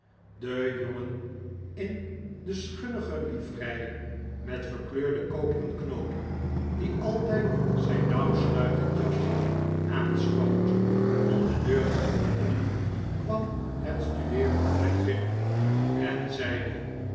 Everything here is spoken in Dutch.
de jongen in de schunnige livrei met verkleurde koperen knoopen die altijd zijn nauwsluitend jasje aanschoot om de deur te openen kwam het studeervertrek binnen en zeide